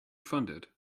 funded